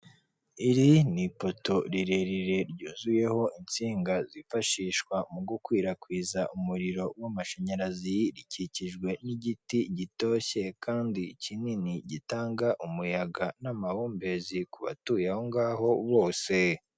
Iri ni ipoto rirerire ryuzuyeho insinga zifashishwa mu gukwirakwiza umuriro w'amashanyarazi, rikikijwe n'igiti gitoshye kandi kinini gitanga umuyaga n'amahumbezi ku batuye aho ngaho bose.